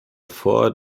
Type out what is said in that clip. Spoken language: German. vor